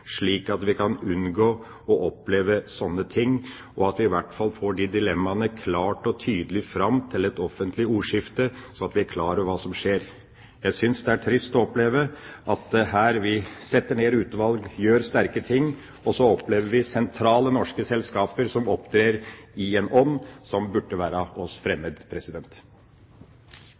slik at vi kan unngå å oppleve sånne ting, og at vi i hvert fall får de dilemmaene klart og tydelig fram til et offentlig ordskifte sånn at vi er klar over hva som skjer. Jeg syns det er trist å oppleve at vi setter ned utvalg, gjør sterke ting, og så opplever vi sentrale norske selskaper som opptrer i en ånd som burde være oss fremmed.